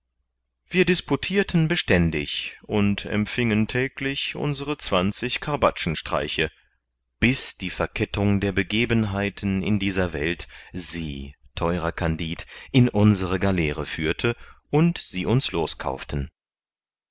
wir disputirten beständig und empfingen täglich unsere zwanzig karbatschenstreiche bis die verkettung der begebenheiten in dieser welt sie theurer kandid in unsere galeere führte und sie uns loskauften